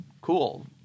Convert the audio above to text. cool